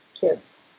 kids